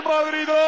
Madrid